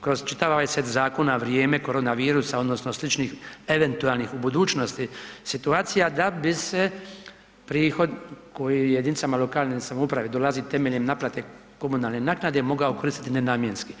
kroz čitav ovaj set zakona, vrijeme korona virusa odnosno sličnih eventualnih u budućnosti situacija da bi se prihod koji jedinicama lokalne samouprave dolazi temeljem naplate komunalne naknade mogao koristiti nenamjenski.